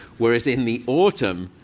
whereas in the autumn,